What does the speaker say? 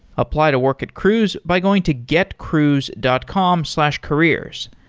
apply to work at cruise by going to getcruise dot com slash careers.